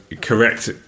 correct